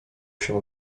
się